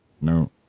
No